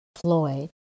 Floyd